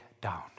down